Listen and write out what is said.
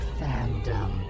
fandom